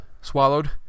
swallowed